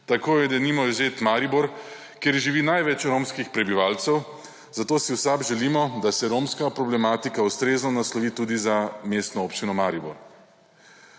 Tako je, denimo, izvzet Maribor, kjer živi največ romskih prebivalcev, zato si v SAB želimo, da se romska problematika ustrezno naslovi tudi za Mestno občino Maribor.